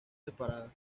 separadas